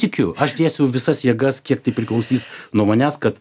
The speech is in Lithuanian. tikiu aš dėsiu visas jėgas kiek tai priklausys nuo manęs kad